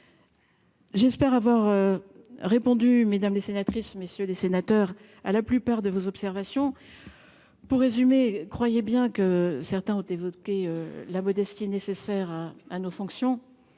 J'espère avoir répondu mesdames les sénatrices, messieurs les sénateurs à la plupart de vos observations, pour résumer, croyez bien que certains autres, les autres qu'est la modestie nécessaire à nos fonctions,